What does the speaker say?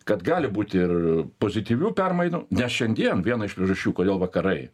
kad gali būti ir pozityvių permainų nes šiandien viena iš priežasčių kodėl vakarai